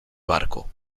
barco